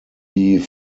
die